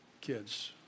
kids